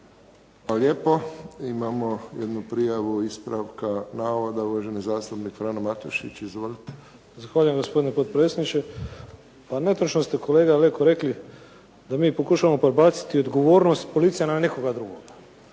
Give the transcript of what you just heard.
lijepo. Imamo jednu prijavu ispravka navoda, uvaženi zastupnik Frano Matušić. Izvolite. **Matušić, Frano (HDZ)** Zahvaljujem gospodine potpredsjedniče. Pa netočno ste kolega Leko rekli da mi pokušavao prebaciti odgovornost policije na nekoga drugoga.